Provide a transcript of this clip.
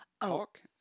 talk